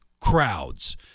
crowds